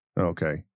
Okay